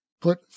put